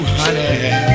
honey